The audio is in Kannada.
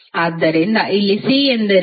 ಆದ್ದರಿಂದ ಇಲ್ಲಿ C ಎಂದರೇನು